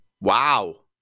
Wow